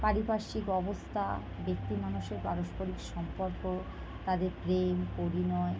পারিপার্শ্বিক অবস্থা ব্যক্তি মানুষের পারস্পরিক সম্পর্ক তাদের প্রেম পরিণয়